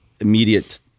immediate